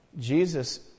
Jesus